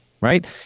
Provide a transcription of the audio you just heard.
right